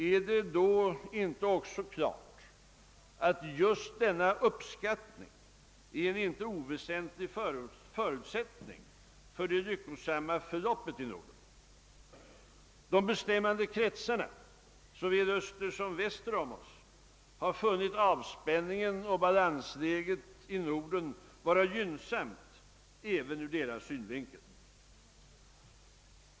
Är det då inte också klart att just denna uppskattning är en inte oväsentlig förutsättning för det liyckosamma förloppet i Norden? De bestämmande krafterna, såväl öster som väster om oss, har funnit avspänningen och balansläget i Norden vara gynnsamt även ur deras synvinkel.